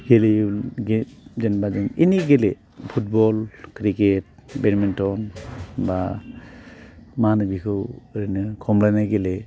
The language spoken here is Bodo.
गेलेयो जेनेबा जों एनि गेले फुटबल क्रिकेट बेडमिन्टन बा मा होनो बेखौ ओरैनो खमलायनाय गेले